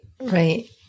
right